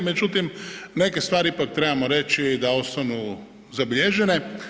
Međutim, neke stvari ipak trebamo reći da ostanu zabilježene.